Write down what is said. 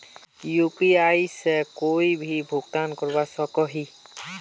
UPI से कोई भी भुगतान करवा सकोहो ही?